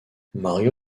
mario